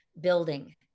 building